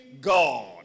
God